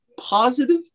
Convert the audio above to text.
positive